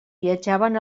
viatjaven